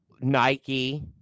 Nike